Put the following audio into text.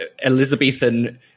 elizabethan